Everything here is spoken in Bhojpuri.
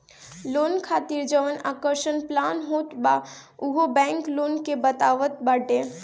लोन खातिर जवन आकर्षक प्लान होत बा उहो बैंक लोग के बतावत बाटे